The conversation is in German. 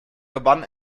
gewann